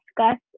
discuss